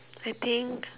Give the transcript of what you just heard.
I think